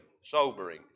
sobering